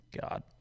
God